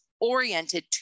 oriented